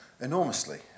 enormously